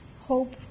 hope